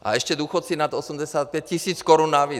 A ještě důchodci nad 85 tisíc korun navíc.